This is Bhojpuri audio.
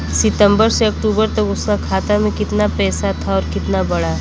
सितंबर से अक्टूबर तक उसका खाता में कीतना पेसा था और कीतना बड़ा?